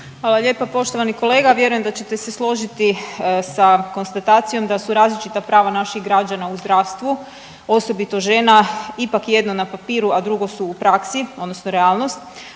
Hvala lijepa. Poštovani kolega, vjerujem da ćete se složiti sa konstatacijom da su različita prava naših građana u zdravstvu, osobito žena ipak jedno na papiru, a drugo su u praksi odnosno realnost,